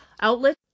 outlet